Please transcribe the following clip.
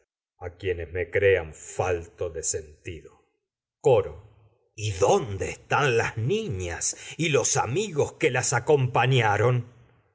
a quienes me crean coro las falto de sentido amigos que y dónde están las niñas y los acompañaron